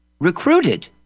recruited